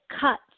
cut